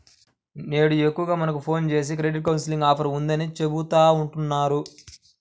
నేడు ఎక్కువగా మనకు ఫోన్ జేసి క్రెడిట్ కౌన్సిలింగ్ ఆఫర్ ఉందని చెబుతా ఉంటన్నారు